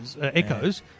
Echoes